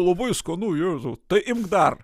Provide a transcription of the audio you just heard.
labai skanu jėzau tai imk dar